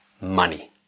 Money